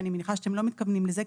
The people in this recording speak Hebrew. ואני מניחה שאתם לא מתכוונים לזה,